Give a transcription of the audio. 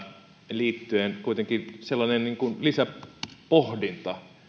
liittyen kuitenkin sellainen lisäpohdinta